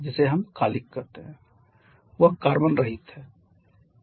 जिसे हम कालिख कहते हैं वह कार्बन रहित है